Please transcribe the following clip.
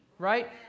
right